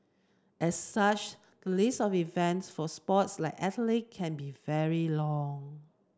as such the list of events for sports like athletic can be very long